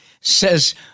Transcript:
says